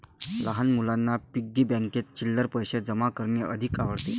लहान मुलांना पिग्गी बँकेत चिल्लर पैशे जमा करणे अधिक आवडते